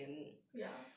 ya